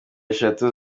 eshatu